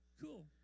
Cool